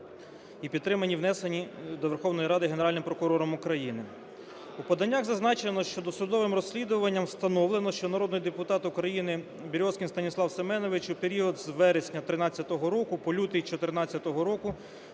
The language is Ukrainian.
і підтримані, внесені до Верховної Ради Генеральним прокурором України. У поданнях зазначено, що досудовим розслідуванням встановлено, що народний депутат України Березкін Станіслав Семенович у період з вересня 13-го року по лютий 14-го року